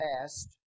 past